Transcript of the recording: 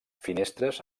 finestres